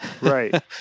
right